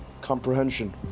comprehension